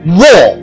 war